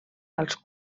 als